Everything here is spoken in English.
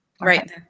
right